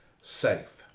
safe